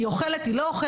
היא אוכלת, היא לא אוכלת.